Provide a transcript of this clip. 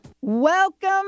Welcome